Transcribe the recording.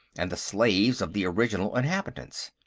and the slaves of the original inhabitants.